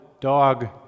dog